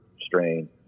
strain